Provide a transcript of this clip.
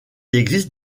existe